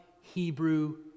Hebrew